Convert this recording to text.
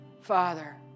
Father